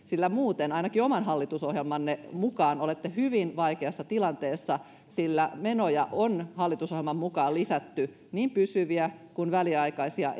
sillä muuten ainakin oman hallitusohjelmanne mukaan olette hyvin vaikeassa tilanteessa sillä menoja on hallitusohjelman mukaan lisätty niin pysyviä kuin väliaikaisia